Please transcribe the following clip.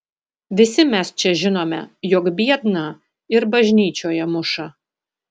visi mes čia žinome jog biedną ir bažnyčioje muša